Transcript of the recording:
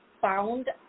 found